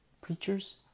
Preachers